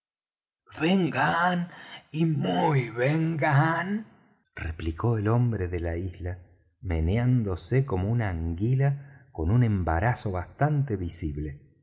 gunn y muy ben gunn replicó el hombre de la isla meneándose como una anguila con un embarazo bastante visible